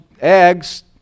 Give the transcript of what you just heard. eggs